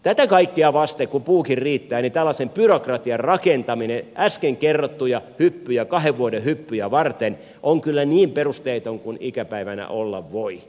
tätä kaikkea vasten kun puukin riittää tällaisen byrokratian rakentaminen äsken kerrottuja kahden vuoden hyppyjä varten on kyllä niin perusteetonta kuin ikäpäivänä olla voi